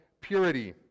purity